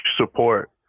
support